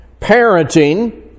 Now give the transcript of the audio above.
parenting